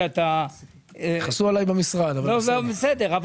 יכעסו עליי במשרד, אבל בסדר.